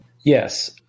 Yes